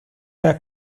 para